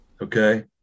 okay